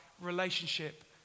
relationship